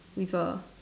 with a